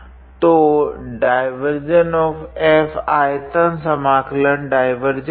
तो div 𝐹⃗ आयतन समाकलन डाइवार्जेंस है